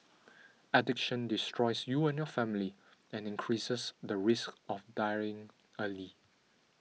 addiction destroys you and your family and increases the risk of dying early